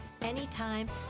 anytime